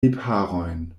lipharojn